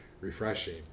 refreshing